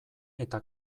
eta